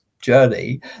Journey